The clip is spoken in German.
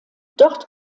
dort